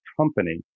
company